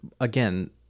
again